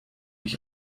mich